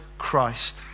Christ